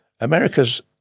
America's